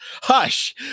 Hush